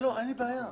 אין לי בעיה.